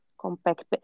compact